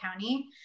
County